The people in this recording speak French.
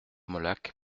molac